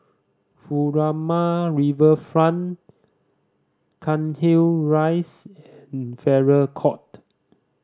Furama Riverfront Cairnhill Rise and Farrer Court